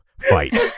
Fight